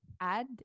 add